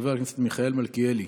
חבר הכנסת מיכאל מלכיאלי,